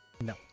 No